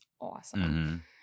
awesome